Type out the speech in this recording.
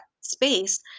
space